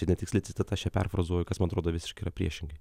čia netiksli citata aš ją perfrazuoju kas man atrodo visiškai yra priešingai